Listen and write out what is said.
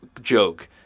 joke